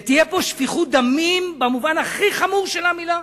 שתהיה פה שפיכות דמים במובן הכי חמור של המלה?